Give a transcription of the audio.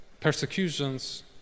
persecutions